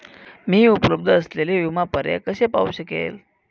मी उपलब्ध असलेले विमा पर्याय कसे पाहू शकते?